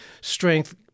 strength